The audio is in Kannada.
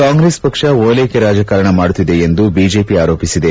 ಕಾಂಗ್ರೆಸ್ ಪಕ್ಷ ಓಲೈಕೆ ರಾಜಕಾರಣ ಮಾಡುತ್ತಿದೆ ಎಂದು ಬಿಜೆಪಿ ಆರೋಪಿಸಿದೆ